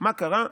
מה קרה?